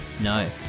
No